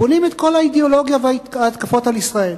בונים את כל האידיאולוגיה וההתקפות על ישראל.